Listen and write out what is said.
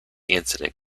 incident